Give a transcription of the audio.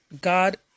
God